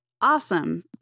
awesome